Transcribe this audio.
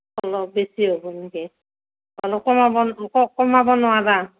অলপ বেছি হ'ব নেকি কমাব কমাব নোৱাৰা